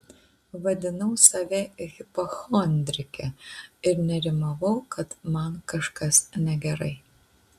vadinau save hipochondrike ir nerimavau kad man kažkas negerai